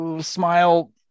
Smile